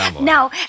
Now